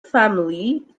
family